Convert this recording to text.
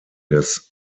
des